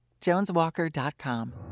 JonesWalker.com